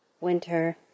Winter